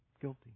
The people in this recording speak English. guilty